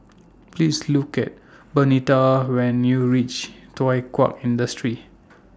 Please Look IT Bernita when YOU REACH Thow Kwang Industry